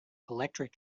electric